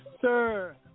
sir